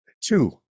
Two